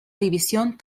división